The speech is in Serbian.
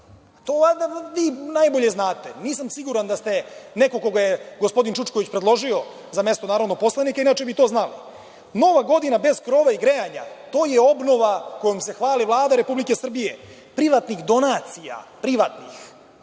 To valjda vi najbolje znate. Nisam siguran da ste neko koga je gospodin Čučković predložio za mesto poslanika, inače bi to znali. Nova godina bez krova i grejanja. To je obnova kojom se hvali Vlada Republike Srbije. Privatnih donacija Dejana